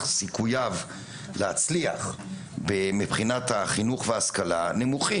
סיכוייו להצליח מבחינת החינוך וההשכלה נמוכים.